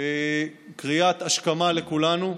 קריאת השכמה לכולנו,